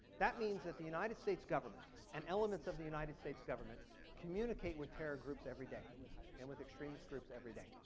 that means that the united states government and elements of the united states government communicate with her groups every day and with extremist groups every day.